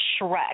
Shrek